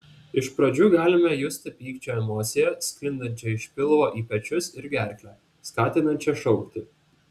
iš pradžių galime justi pykčio emociją sklindančią iš pilvo į pečius ir gerklę skatinančią šaukti